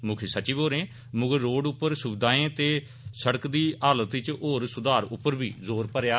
मुक्ख सचिव होरें मगरा रोड़ उप्पर सुविधाएं ते सड़क दी हालत च होर सुधार उप्पर बी जोर भरेआ